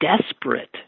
desperate